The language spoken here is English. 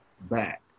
back